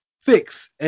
fix